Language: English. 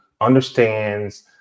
understands